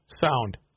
sound